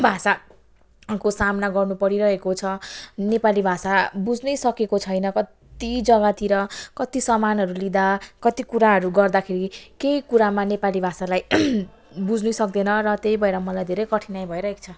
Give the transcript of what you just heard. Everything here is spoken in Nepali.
भाषाको सामना गर्नु परिरहेको छ नेपाली भाषा बुझ्नैसकेको छैन कत्ति जग्गातिर कत्ति सामानहरू लिँदा कत्ति कुराहरू गर्दाखेरि केही कुरामा नेपाली भाषालाई बुझ्नुसक्दैन र त्यही भएर मलाई धेरै कठिनाइ भइरहेको छ